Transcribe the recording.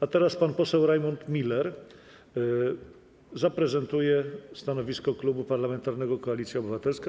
A teraz pan poseł Rajmund Miller zaprezentuje stanowisko Klubu Parlamentarnego Koalicja Obywatelska.